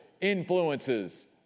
influences